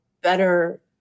better